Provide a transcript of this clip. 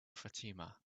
fatima